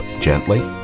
gently